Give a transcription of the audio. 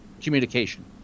communication